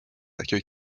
accueil